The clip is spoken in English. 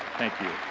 thank you